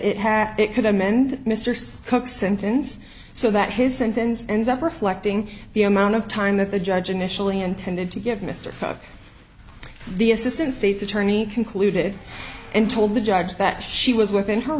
had it could amend mr cook sentence so that his sentence ends up reflecting the amount of time that the judge initially intended to give mr tuck the assistant state's attorney concluded and told the judge that she was within her